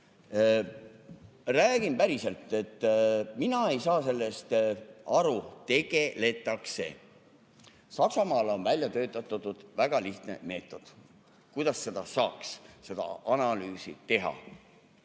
Räägin päriselt, et mina ei saa sellest aru. Tegeletakse. Saksamaal on välja töötatud väga lihtne meetod, kuidas saaks seda analüüsi teha,